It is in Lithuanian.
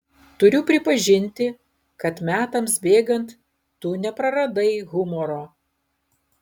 turiu pripažinti kad metams bėgant tu nepraradai humoro